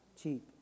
cheap